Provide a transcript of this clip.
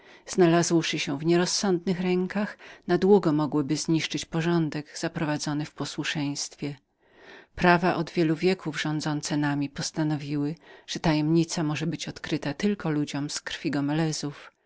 niebezpieczne środki w nierozsądnych rękach na długo mogłyby zniszczyć porządek zaprowadzony w posłuszeństwie prawa od wielu wieków rządzące nami postanowiły że tajemnica może być tylko odkrytą ludziom z krwi gomelezów i